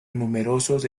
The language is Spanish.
numerosos